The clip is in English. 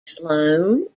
sloan